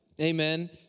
amen